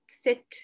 sit